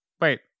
wait